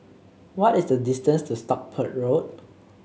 what is the distance to Stockport Road